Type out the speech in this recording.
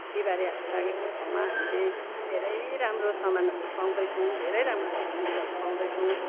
बिहिबारे हाट लागेको ठाउँमा हामीले धेरै राम्रो सामानहरू पाउँदैछौ धैरै राम्रो चिजबिजहरू पाउँदैछौँ